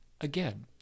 Again